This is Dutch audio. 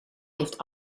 heeft